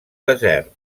desert